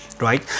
right